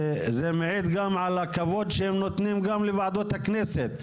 זה מעיד גם על הכבוד שהם נותנים גם לוועדות הכנסת.